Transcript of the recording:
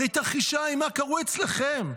הרי תרחישי האימה קרו אצלכם,